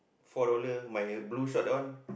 four dollar my blue short that one